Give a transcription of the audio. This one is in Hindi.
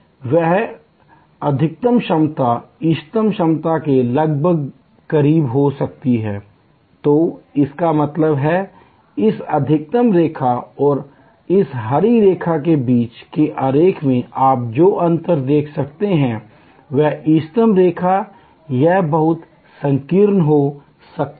अब वह अधिकतम क्षमता इष्टतम क्षमता के लगभग बहुत करीब हो सकती है तो इसका मतलब है इस अधिकतम रेखा और इस हरी रेखा के बीच के आरेख में आप जो अंतर देख सकते हैं वह इष्टतम रेखा यह बहुत संकीर्ण हो सकती है